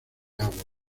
agua